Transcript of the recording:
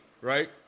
right